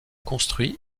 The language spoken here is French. construit